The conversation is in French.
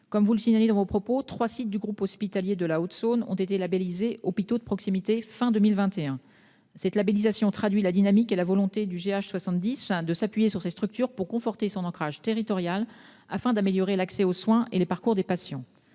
Comme vous le mentionnez, trois sites du groupe hospitalier de la Haute-Saône, le GH 70, ont été labellisés « hôpitaux de proximité » à la fin de 2021. Cette labellisation traduit la dynamique et la volonté du groupe hospitalier de s'appuyer sur ces structures pour conforter son ancrage territorial, afin d'améliorer l'accès aux soins et le parcours des patients.